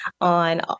on